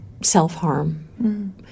self-harm